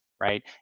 Right